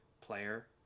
player